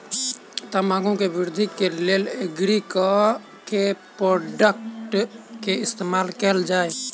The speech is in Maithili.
तम्बाकू केँ वृद्धि केँ लेल एग्री केँ के प्रोडक्ट केँ इस्तेमाल कैल जाय?